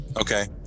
okay